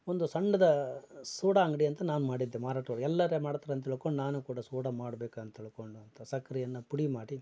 ಒಂದು ಸಣ್ಣದ ಸೋಡಾ ಅಂಗಡಿ ಅಂತ ನಾನು ಮಾಡಿದ್ದೆ ಮಾರಾಟವಾಗಿ ಎಲ್ಲರು ಮಾಡ್ತಾರಂತ ಹೇಳ್ಕೊಂಡ್ ನಾನು ಕೂಡ ಸೋಡಾ ಮಾಡ್ಬೇಕಂತ ಹೇಳ್ಕೊಂಡು ಅಂತ ಸಕ್ಕರೆಯನ್ನ ಪುಡಿ ಮಾಡಿ